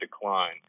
decline